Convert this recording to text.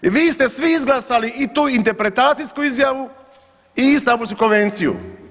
Vi ste svi izglasali i tu interpretacijsku izjavu i Istambulsku konvenciju.